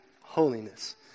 holiness